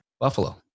Buffalo